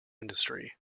industry